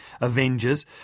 Avengers